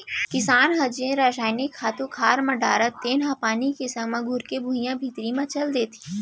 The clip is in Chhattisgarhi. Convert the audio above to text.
किसान ह जेन रसायनिक खातू खार म डारथे तेन ह पानी के संग घुरके भुइयां भीतरी म चल देथे